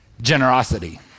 generosity